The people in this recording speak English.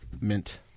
mint